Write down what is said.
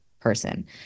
person